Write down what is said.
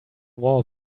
war